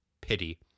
Pity